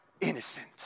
innocent